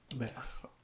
Yes